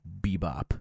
Bebop